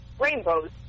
rainbows